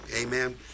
Amen